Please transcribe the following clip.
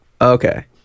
Okay